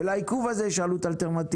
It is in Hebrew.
ולעיכוב הזה יש עלות אלטרנטיבית.